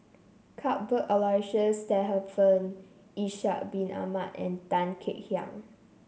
Cuthbert Aloysius Shepherdson Ishak Bin Ahmad and Tan Kek Hiang